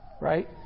Right